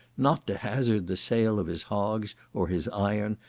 not to hazard the sale of his hogs, or his iron,